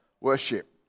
worship